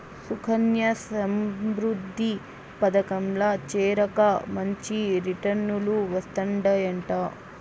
సుకన్యా సమృద్ధి పదకంల చేరాక మంచి రిటర్నులు వస్తందయంట